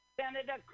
Senator